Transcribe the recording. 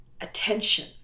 attention